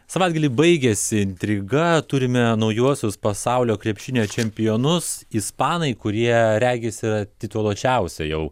savaitgalį baigėsi intriga turime naujuosius pasaulio krepšinio čempionus ispanai kurie regis yra tituluočiausia jau